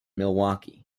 milwaukee